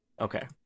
Okay